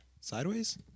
sideways